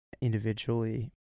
individually